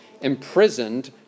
imprisoned